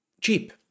cheap